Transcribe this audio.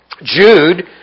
Jude